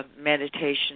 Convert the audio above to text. Meditation